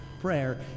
prayer